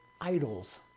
idols